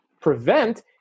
prevent